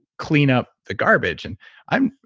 clean up the garbage. and i'm,